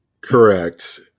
correct